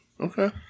Okay